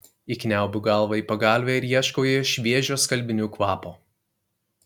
įkniaubiu galvą į pagalvę ir ieškau joje šviežio skalbinių kvapo